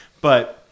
but-